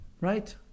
Right